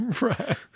Right